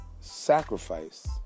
sacrifice